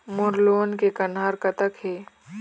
मोर loan के कन्हार कतक हे?